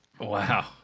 Wow